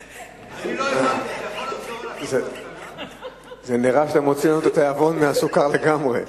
נראה שאתה מוציא לנו את התיאבון לסוכר לגמרי.